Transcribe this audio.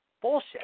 Bullshit